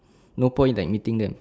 no point like meeting them